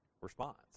response